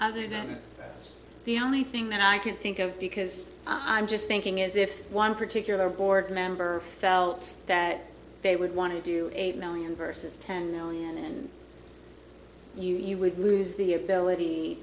other then the only thing that i can think of because i'm just thinking is if one particular board member felt that they would want to do eight million vs ten million you you would lose the ability